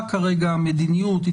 מה המדיניות כרגע?